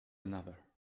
another